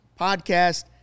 Podcast